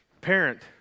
parent